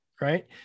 right